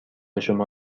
شما